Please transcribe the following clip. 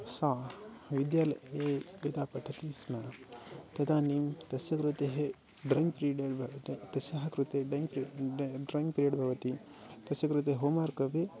सा विद्यालये यदा पठति स्म तदानीं तस्य कृते ड्रयिङ्ग् तस्याः कृते ड्रयिङ्ग् पिर्यड् भवति तस्य कृते होम्वार्क् अपि